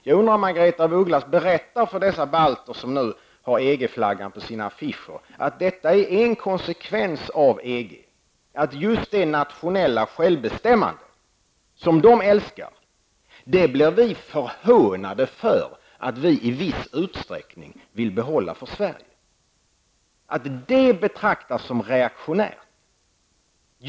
Jag undrar om Margaretha af Ugglas berättar för de balter som nu har EG-flaggan på sina affischer att just det nationella självbestämmandet, som de älskar, blir vi förhånade för att vi i viss utsträckning vill behålla för Sverige, att det betraktas som reaktionärt.